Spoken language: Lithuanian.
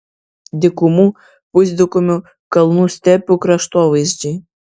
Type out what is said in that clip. dykumų pusdykumių kalnų stepių kraštovaizdžiai